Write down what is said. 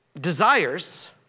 desires